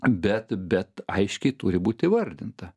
bet bet aiškiai turi būt įvardinta